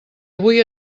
avui